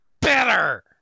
better